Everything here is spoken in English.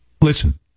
Listen